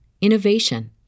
innovation